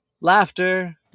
laughter